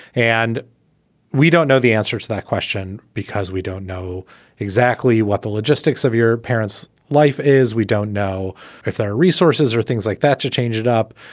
and we don't know the answer to that question because we don't know exactly what the logistics of your parents life is. we don't know if there are resources or things like that to change it up.